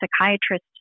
psychiatrist